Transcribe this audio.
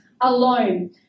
alone